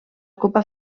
copa